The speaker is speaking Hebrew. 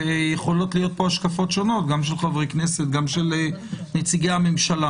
ויכולות להיות פה השקפות שונות של חברי כנסת וגם של נציגי ממשלה